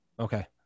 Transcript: Okay